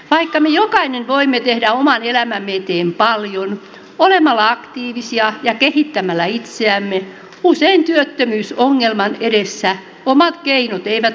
vaikka me jokainen voimme tehdä oman elämämme eteen paljon olemalla aktiivisia ja kehittämällä itseämme usein työttömyysongelman edessä omat keinot eivät ole riittävät